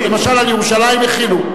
למשל, על ירושלים החילו.